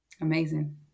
Amazing